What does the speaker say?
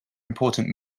important